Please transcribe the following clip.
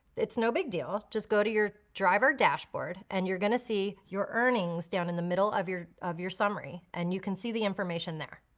it's no big deal, just go to your driver dashboard and you're gonna see your earnings down in the middle of your of your summary, and you can see the information there.